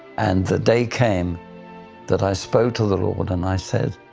and the day came that i spoke to the lord and i said,